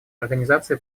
организаций